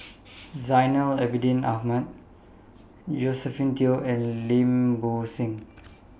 Zainal Abidin Ahmad Josephine Teo and Lim Bo Seng